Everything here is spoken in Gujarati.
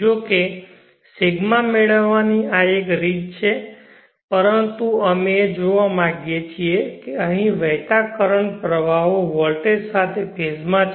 જો કે ρ મેળવવાની આ એક રીત છે પરંતુ અમે એ જોવા માંગીએ છીએ કે અહીં વહેતા કરંટ પ્રવાહો વોલ્ટેજ સાથે ફેઝ માં છે